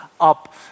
up